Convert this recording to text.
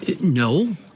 No